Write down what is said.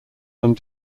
some